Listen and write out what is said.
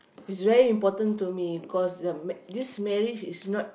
is very important to me cause the ma~ this marriage is not